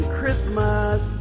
Christmas